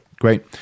great